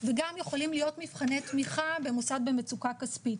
וגם יכולים להיות מבחני תמיכה במוסד במצוקה כספית,